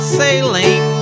sailing